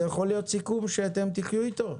זה יכול להיות סיכום שאתם תחיו אתו?